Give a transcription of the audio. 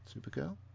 Supergirl